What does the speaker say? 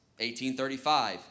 1835